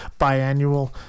biannual